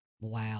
Wow